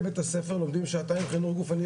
בית-הספר לומדים שעתיים חינוך גופני,